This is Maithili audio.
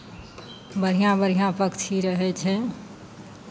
बढ़िआँ बढ़िआँ पक्षी रहै छै